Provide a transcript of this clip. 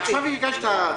אפשר לבקש על החוק בכללותו.